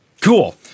cool